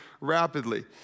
rapidly